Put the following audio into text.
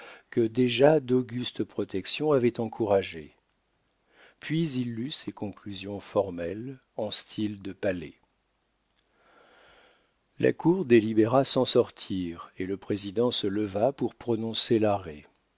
que déjà d'augustes protections avaient encouragée puis il lut ses conclusions formelles en style de palais la cour délibéra sans sortir et le président se leva pour prononcer l'arrêt